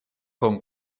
con